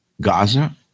Gaza